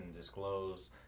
disclose